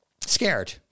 scared